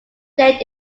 date